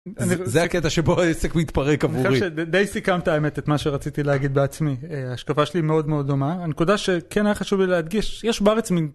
זה הקטע שבו העסק מתפרק עבורי, די סיכמת האמת , את מה שרציתי להגיד בעצמי השקפה שלי מאוד מאוד דומה הנקודה שכן היה חשוב לי להדגיש יש בארץ מין.